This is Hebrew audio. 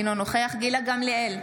אינו נוכח גילה גמליאל,